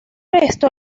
esto